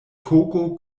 koko